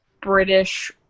british